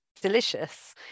delicious